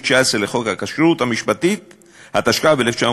19 לחוק הכשרות המשפטית והאפוטרופסות,